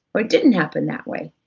or didn't happen that way.